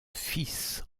fils